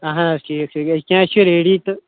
اَہَن حظ ٹھیٖک چھُ یکیٛاہ أسۍ چھِ ریڈی تہٕ